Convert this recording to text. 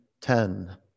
ten